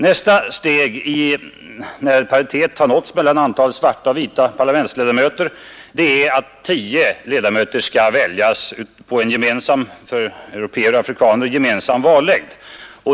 Nästa steg — sedan paritet mellan antalet svarta och vita parlamentsledamöter uppnåtts — är att tio ledamöter skall väljas på en för europder och afrikaner gemensam vallängd.